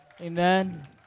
Amen